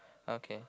okay